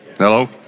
Hello